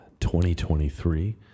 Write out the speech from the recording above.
2023